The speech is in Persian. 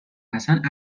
اصن